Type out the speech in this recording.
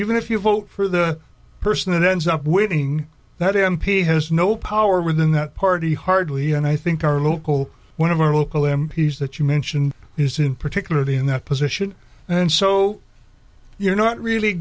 even if you vote for the person that ends up winning that m p has no power within that party hardly and i think our local one of our local m p s that you mentioned isn't particularly in that position and so you're not really